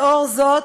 לאור זאת,